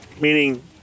Meaning